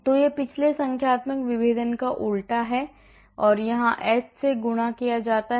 तो यह पिछले संख्यात्मक विभेदन का उलटा है और फिर यहाँ h से गुणा किया जाता है